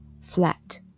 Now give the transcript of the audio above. flat